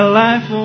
life